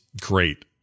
great